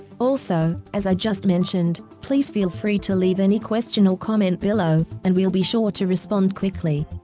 also, as i just mentioned, please feel free to leave any question or comment below, and we will be sure to respond quickly.